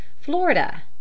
Florida